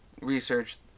research